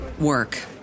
work